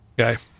Okay